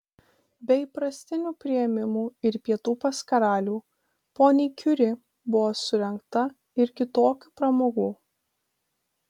be įprastinių priėmimų ir pietų pas karalių poniai kiuri buvo surengta ir kitokių pramogų